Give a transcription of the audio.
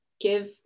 give